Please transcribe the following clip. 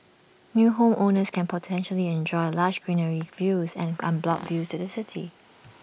new homeowners can potentially enjoy lush greenery views and unblocked views to the city